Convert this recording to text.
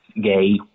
gay